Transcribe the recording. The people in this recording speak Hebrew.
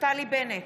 נפתלי בנט,